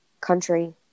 country